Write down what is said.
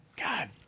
God